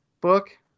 book